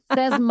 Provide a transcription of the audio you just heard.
Says